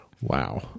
wow